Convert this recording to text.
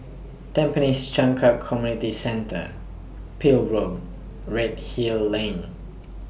Tampines Changkat Community Centre Peel Road Redhill Lane